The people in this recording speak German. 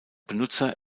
benutzer